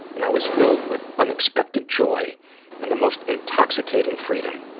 and i was filled with unexpected joy and the most intoxicating freedom.